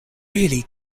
really